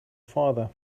father